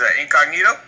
Incognito